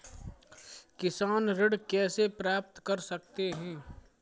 किसान ऋण कैसे प्राप्त कर सकते हैं?